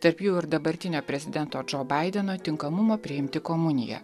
tarp jų ir dabartinio prezidento džo baideno tinkamumo priimti komuniją